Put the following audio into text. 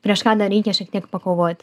prieš ką dar reikia šiek tiek pakovoti